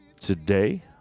today